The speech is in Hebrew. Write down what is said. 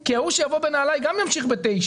כי ההוא שיבוא בנעליי גם ימשיך ב-9.